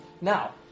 Now